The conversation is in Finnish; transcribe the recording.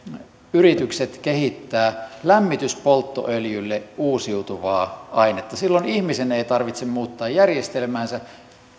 yrityksemme kehittävät lämmityspolttoöljylle uusiutuvaa ainetta silloin ihmisen ei tarvitse muuttaa järjestelmäänsä